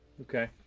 Okay